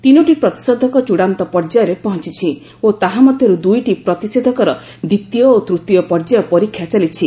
ତିନୋଟି ପ୍ରତିଷେଧକ ଚୂଡ଼ାନ୍ତ ପର୍ଯ୍ୟାୟରେ ପହଞ୍ଚିଛି ଓ ତାହା ମଧ୍ୟରୁ ଦୁଇଟି ପ୍ରତିଷେଧକର ଦ୍ୱିତୀୟ ଓ ତୂତୀୟ ପର୍ଯ୍ୟାୟ ପରୀକ୍ଷା ଚାଲିଛି